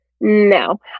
No